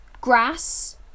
grass